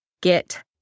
get